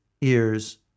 ears